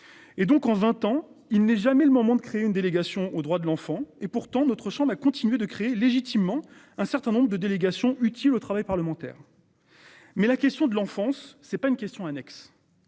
Et donc en 20 ans, il n'est jamais le moment de créer une délégation aux droits de l'enfant et pourtant notre chambre a continué de créer légitimement un certain nombre de délégations utile au travail parlementaire. Mais la question de l'enfance, c'est pas une question annexe.